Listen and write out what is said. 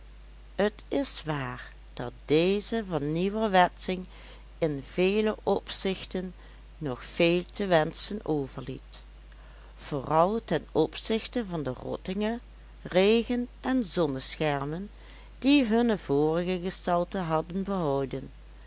t is waar dat deze vernieuwerwetsching in vele opzichten nog veel te wenschen overliet vooral ten opzichte van de rottingen regenen zonneschermen die hunne vorige gestalte hadden behouden